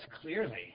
clearly